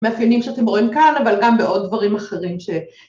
מאפיינים שאתם רואים כאן אבל גם בעוד דברים אחרים ש...